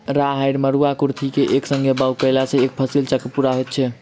राहैड़, मरूआ, कुर्थी के एक संग बागु करलासॅ एक फसिल चक्र पूरा होइत छै